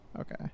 Okay